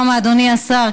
אדוני השר,